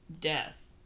death